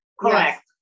Correct